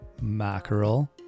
mackerel